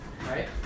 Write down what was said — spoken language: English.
Right